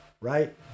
right